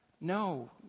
No